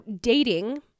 dating